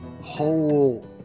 whole